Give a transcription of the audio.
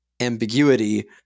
ambiguity